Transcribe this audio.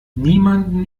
niemanden